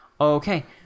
Okay